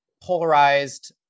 polarized